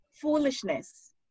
foolishness